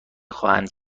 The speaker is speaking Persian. خواهد